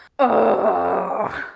oh,